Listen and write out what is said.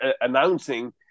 announcing